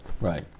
Right